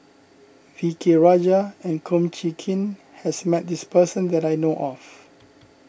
V K Rajah and Kum Chee Kin has met this person that I know of